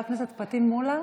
חבר הכנסת פטין מולא,